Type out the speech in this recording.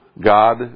God